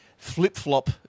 Flip-flop